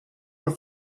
were